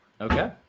Okay